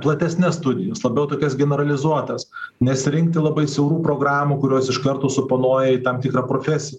platesnes studijas labiau tokias generalizuotas nesirinkti labai siaurų programų kurios iš karto suponoja tam tikrą profesiją